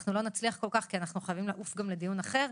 לא נצליח להרחיב כל כך כי אנחנו חייבים לסיים ולעבור לדיון אחר.